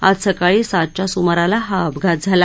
आज सकाळी सातच्या सुमाराला हा अपघात झाला